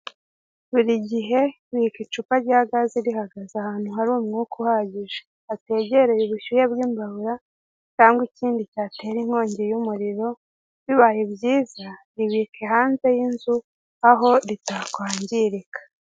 Buri gihe bika icupa rya gaze rihagaze ahantu hari umwuka uhagije, hategereye ubushyuhe bw'imbabura cyangwa ikindi cyatera inkongi y'umuriro, bibaye byiza, ribike hanze y'inzu aho ritakwangirika.